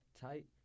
tight